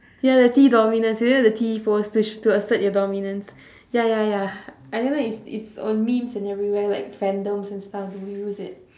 ya the T dominance you know the t-pose to sh~ to assert your dominance ya ya ya I don't know it's it's on memes and everywhere like fandoms and stuff they will use it